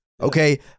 Okay